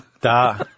Da